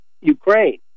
Ukraine